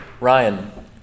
Ryan